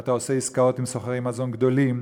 אתה עושה עסקאות עם סוחרי מזון גדולים.